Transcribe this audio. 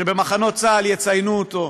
שבמחנות צה"ל יציינו אותו,